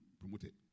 promoted